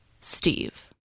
Steve